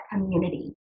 community